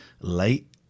late